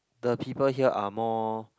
the people here are more